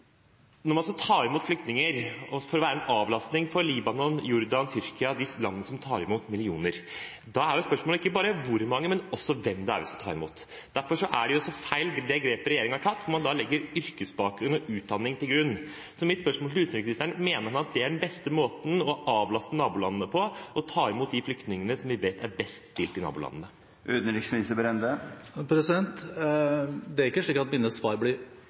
også hvem det er vi skal ta imot. Derfor er det så feil det grepet som regjeringen har tatt når man legger yrkesbakgrunn og utdanning til grunn. Så mitt spørsmål til utenriksministeren er: Mener han at den beste måten å avlaste nabolandene på er å ta imot de flyktningene som vi vet er best stilt i nabolandene? Det er ikke slik at mine svar